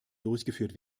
durchgeführt